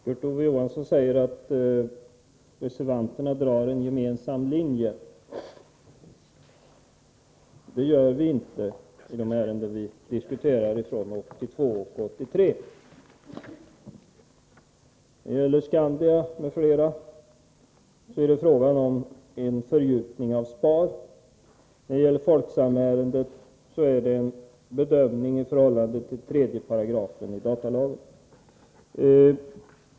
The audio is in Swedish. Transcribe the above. Herr talman! Kurt Ove Johansson säger att reservanterna drar en gemensam linje i de ärenden från 1982 och 1983 som vi diskuterar. Det gör vi inte. Vad gäller Skandia m.fl. ärenden är det fråga om en fördjupning av SPAR. När det gäller Folksamärendet är det en fördjupning i förhållande till 3 § datalagen.